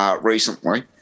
recently